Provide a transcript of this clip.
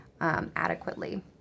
adequately